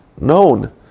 known